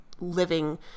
living